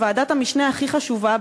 בוועדת המשנה הכי חשובה,